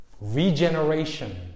regeneration